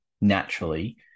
naturally